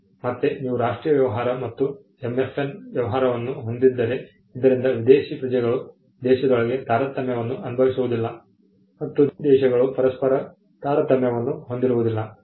ಮತ್ತೆ ನೀವು ರಾಷ್ಟ್ರೀಯ ವ್ಯವಹಾರ ಮತ್ತು MFN ವ್ಯವಹಾರವನ್ನು ಹೊಂದಿದ್ದರೆ ಇದರಿಂದಾಗಿ ವಿದೇಶಿ ಪ್ರಜೆಗಳು ದೇಶದೊಳಗೆ ತಾರತಮ್ಯವನ್ನು ಅನುಭವಿಸುವುದಿಲ್ಲ ಮತ್ತು ವಿದೇಶಿ ದೇಶಗಳು ಪರಸ್ಪರ ತಾರತಮ್ಯವನ್ನು ಹೊಂದಿರುವುದಿಲ್ಲ